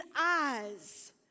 eyes